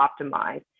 optimized